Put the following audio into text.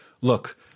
look